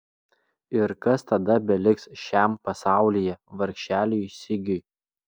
ir kas tada beliks šiam pasaulyje vargšeliui sigiui